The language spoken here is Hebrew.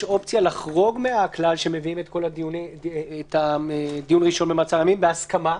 יש אופציה לחרוג מהכלל שמביאים את כל הדיון הראשון במעצר ימים בהסכמה.